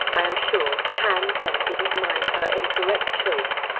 i am sure. han sen didn't mind her incorrect choice.